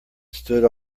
stood